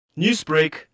Newsbreak